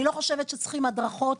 אני לא חושבת שצריכים הדרכות,